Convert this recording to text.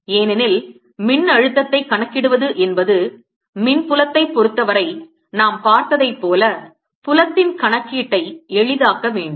ஏனெனில் மின்னழுத்தத்தைக் கணக்கிடுவது என்பது மின்புலத்தைப் பொறுத்தவரை நாம் பார்த்ததைப் போல புலத்தின் கணக்கீட்டை எளிதாக்க வேண்டும்